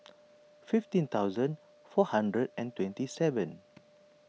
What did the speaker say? fifteen thousand four hundred and twenty seven